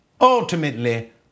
ultimately